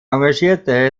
engagierte